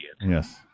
Yes